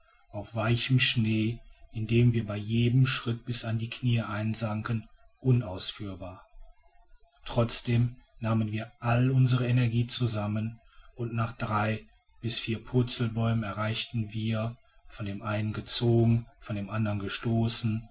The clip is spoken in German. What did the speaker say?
auf weichem schnee in den wir bei jedem schritt bis an die kniee einsanken unausführbar trotzdem nahmen wir all unsere energie zusammen und nach drei bis vier purzelbäumen erreichten wir von den einen gezogen von den anderen gestoßen